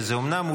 שזה אומנם,